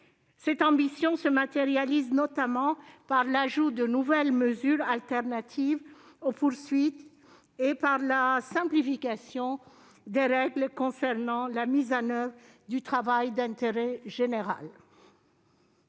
Cette ambition se matérialise notamment par l'ajout de nouvelles mesures alternatives aux poursuites et par la simplification des règles concernant la mise en oeuvre des travaux d'intérêt général.